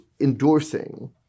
endorsing